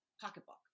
pocketbook